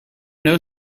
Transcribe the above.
know